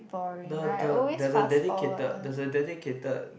the the there's a dedicated there's a dedicated